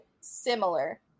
similar